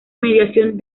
mediación